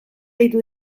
deitu